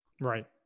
Right